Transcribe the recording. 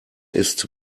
ist